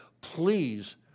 please